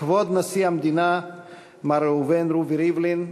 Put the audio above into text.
כבוד נשיא המדינה מר ראובן רובי ריבלין,